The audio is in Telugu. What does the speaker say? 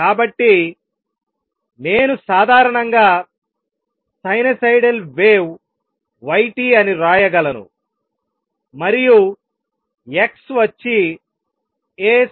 కాబట్టి నేను సాధారణంగా సైనూసోయిడల్ వేవ్ y t అని వ్రాయగలను మరియు x వచ్చి ASinωt kx